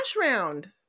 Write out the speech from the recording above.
round